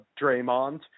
draymond